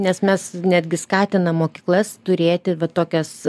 nes mes netgi skatinam mokyklas turėti va tokias